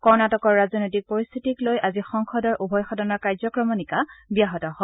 কৰ্ণাটকৰ ৰাজনৈতিক পৰিস্থিতিক লৈ আজি সংসদৰ উভয় সদনৰ কাৰ্য্য ক্ৰমণিকা ব্যাহত হয়